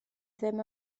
ddim